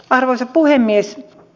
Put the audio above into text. arvoisa puhemies